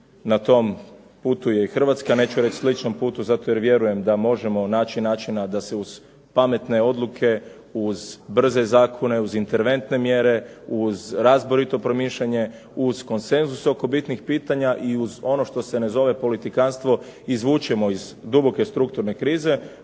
na tom putu je i Hrvatska, neću reći na sličnom putu zato jer vjerujem da možemo naći načina da se uz pametne odluke, uz brze zakone, uz interventne mjere, uz razborito promišljanje, uz konsenzus oko bitnih pitanja i uz ono što se ne zove politikantstvo, izvučemo iz duboke strukturne krize.